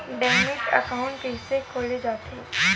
Demat account कइसे खोले जाथे?